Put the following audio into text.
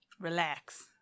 Relax